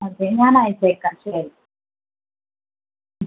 അതെ ഞാൻ അയച്ചേക്കാം ശരി ഉം